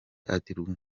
ati